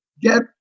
get